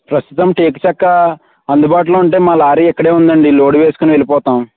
ప్రస్తుతం టేకు చెక్క అందుబాటులో ఉంటే మా లారీ ఇక్కడే ఉందండి లోడ్ వేసుకుని వెళ్ళిపోతాం